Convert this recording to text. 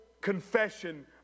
confession